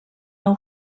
nou